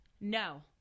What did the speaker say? no